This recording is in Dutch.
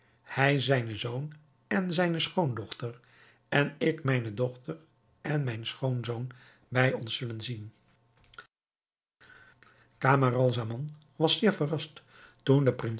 hij zijnen zoon en zijne schoondochter ik mijne dochter en mijn schoonzoon bij ons zullen zien camaralzaman was zeer verrast toen de